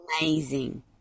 amazing